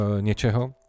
něčeho